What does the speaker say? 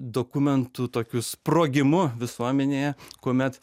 dokumentų tokiu sprogimu visuomenėje kuomet